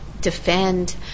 defend